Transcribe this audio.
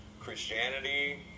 Christianity